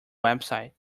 website